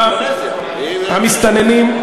מיקרונזיה, המסתננים,